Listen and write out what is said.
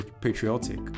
patriotic